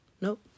nope